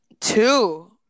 Two